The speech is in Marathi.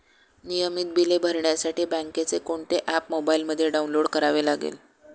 नियमित बिले भरण्यासाठी बँकेचे कोणते ऍप मोबाइलमध्ये डाऊनलोड करावे लागेल?